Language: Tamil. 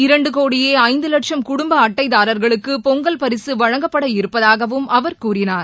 இரண்டுகோடியேஐந்துவட்சும் குடும்பஅட்டைதாரா்களுக்குபொங்கல் பரிசுவழங்கப்பட இருப்பதாகவும் அவர் கூறினார்